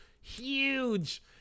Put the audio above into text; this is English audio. Huge